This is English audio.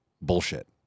bullshit